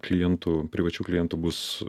klientų privačių klientų bus